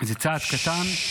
זה צעד קטן,